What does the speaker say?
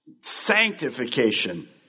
sanctification